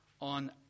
on